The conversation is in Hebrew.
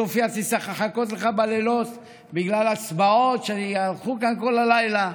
סופיה תצטרך לחכות לך בלילות בגלל הצבעות שייערכו כאן כל הלילה.